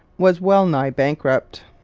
was wellnigh bankrupt.